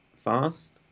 fast